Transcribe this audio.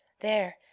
there,